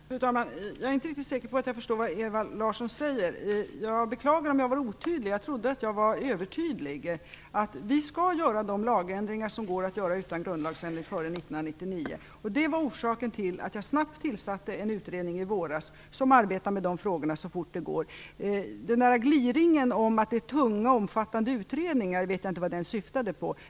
Fru talman! Jag är inte riktigt säker på att jag förstår vad Ewa Larsson säger. Jag beklagar om jag var otydlig, jag trodde att jag var övertydlig. Vi skall göra de lagändringar som går att göra utan grundlagsändring före 1999. Det var orsaken till att jag snabbt tillsatte en utredning i våras som arbetar med dessa frågor så fort det går. Jag vet inte vad gliringen om tunga och omfattande utredningar syftade på.